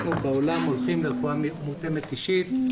אנחנו בעולם הולכים לרפואה מותאמת אישית.